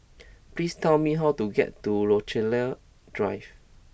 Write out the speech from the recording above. please tell me how to get to Rochalie Drive